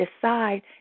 decide